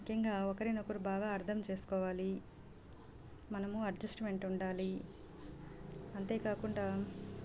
ముఖ్యంగా ఒకరినొకరు బాగా అర్దం చేసుకోవాలి మనము అడ్జస్ట్మెంట్ ఉండాలి అంతే కాకుండా